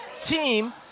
team